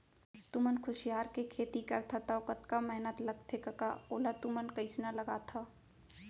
तुमन कुसियार के खेती करथा तौ कतका मेहनत लगथे कका ओला तुमन कइसना लगाथा